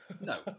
No